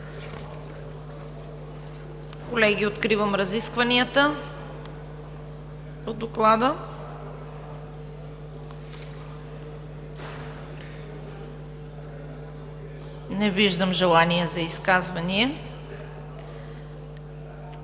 Колеги, откривам разискванията по Доклада. Не виждам желание за изказвания.